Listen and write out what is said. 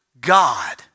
God